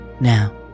Now